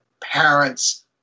parents